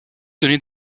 donner